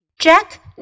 Jack